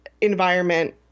environment